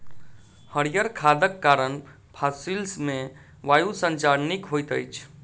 हरीयर खादक कारण फसिल मे वायु संचार नीक होइत अछि